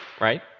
right